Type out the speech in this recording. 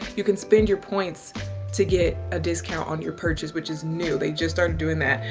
you can spend your points to get a discount on your purchases, which is new. they just started doing that.